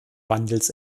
wandels